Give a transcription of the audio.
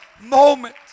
moment